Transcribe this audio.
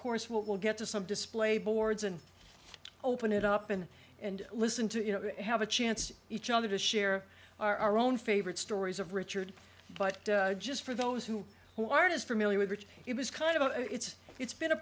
course we'll get to some display boards and open it up in and listen to you know have a chance each other to share our own favorite stories of richard but just for those who who aren't as familiar with which it was kind of a it's it's been a